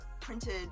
printed